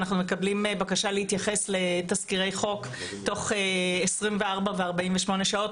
אנחנו מקבלים בקשה להתייחס לתזכירי חוק תוך 24 ו-48 שעות,